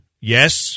Yes